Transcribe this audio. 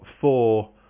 four